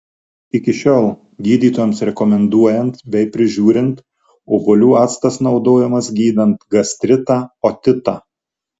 iki šiol gydytojams rekomenduojant bei prižiūrint obuolių actas naudojamas gydant gastritą otitą